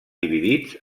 dividits